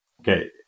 Okay